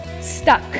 stuck